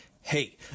Hey